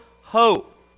hope